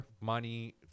money